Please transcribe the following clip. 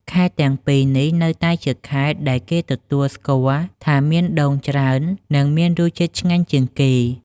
ខេត្តទាំងពីរនេះ នៅតែជាខេត្តដែលគេទទួលស្គាល់ថាមានដូងច្រើន និងមានរសជាតិឆ្ងាញ់ជាងគេ។